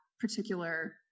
particular